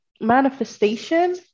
manifestation